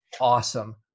awesome